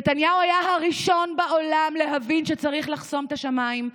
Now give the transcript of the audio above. נתניהו היה הראשון בעולם להבין שצריך לחסום את השמיים,